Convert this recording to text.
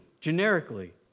generically